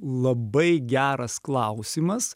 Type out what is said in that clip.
labai geras klausimas